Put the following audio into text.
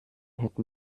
hätten